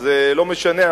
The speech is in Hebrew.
אז לא משנה,